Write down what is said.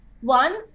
One